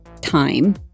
time